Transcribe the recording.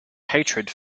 hatred